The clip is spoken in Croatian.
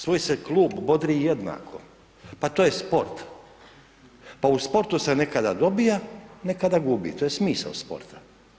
Svoj se klub bodri jednako, pa to je sport, pa u sportu se nekada dobija nekada gubi, to je smisao sporta.